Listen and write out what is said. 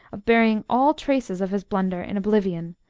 of burying all traces of his blunder in oblivion,